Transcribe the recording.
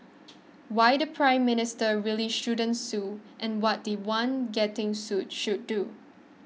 why the Prime Minister really shouldn't sue and what the one getting sued should do